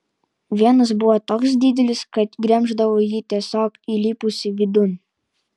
vienas buvo toks didelis kad gremždavau jį tiesiog įlipusi vidun